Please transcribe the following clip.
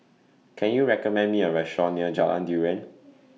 Can YOU recommend Me A Restaurant near Jalan Durian